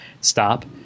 Stop